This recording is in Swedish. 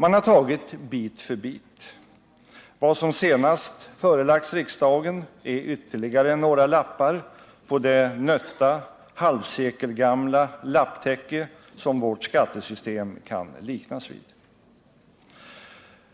Man har tagit bit för bit. Vad som senast förelagts riksdagen är ytterligare några lappar på det nötta, halvsekelgamla lapptäcke som vårt skattesystem kan liknas vid.